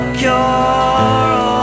cure